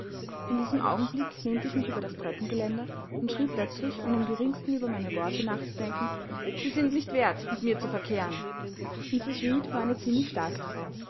in diesem augenblick lehnte ich mich über das treppengeländer und schrie plötzlich ohne im geringsten über meine worte nachzudenken sie sind nicht wert mit mir zu verkehren mrs reed war eine ziemlich starke frau